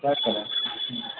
کیا کریں